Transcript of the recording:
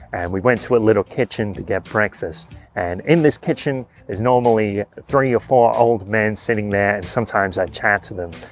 and we went to a little kitchen to get breakfast and in this kitchen is normally three or four old men sitting there and sometimes i chat to them.